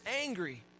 angry